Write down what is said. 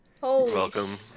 Welcome